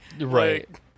Right